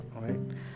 right